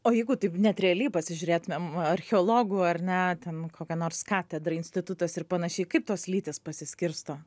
o jeigu taip net realiai pasižiūrėtumėm archeologų ar ne ten kokia nors katedra institutas ir panašiai kaip tos lytys pasiskirsto